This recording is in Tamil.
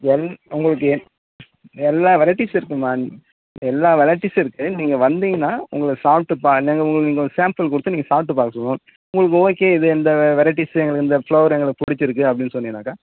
எல் உங்களுக்கு எல்லா வெரைட்டிஸ் இருக்குமா எல்லா வெரைட்டிஸ் இருக்குது நீங்கள் வந்தீங்கன்னால் உங்களை சாப்பிட்டு பா நாங்கள் உங்களுக்கு சாம்பிள் கொடுத்து நீங்கள் சாப்பிட்டு பார்க்க சொல்லுவோம் உங்களுக்கு ஓகே இது எந்த வெரைட்டிஸ் எங்களுக்கு இந்த ஃப்ளேவர் எங்களுக்கு பிடிச்சிருக்கு அப்படின் சொன்னின்னாக்கா